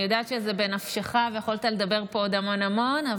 אני יודעת שזה בנפשך ויכולת לדבר פה עוד המון המון,